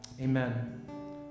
amen